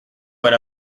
but